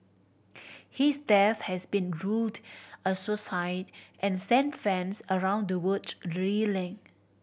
his death has been ruled a suicide and sent fans around the world reeling